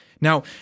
Now